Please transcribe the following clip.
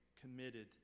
committed